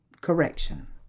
correction